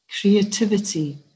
creativity